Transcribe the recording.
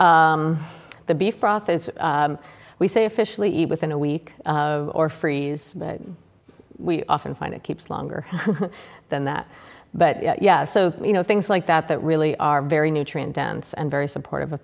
as we say officially eat within a week or freeze we often find it keeps longer than that but yeah so you know things like that that really are very nutrient dense and very supportive of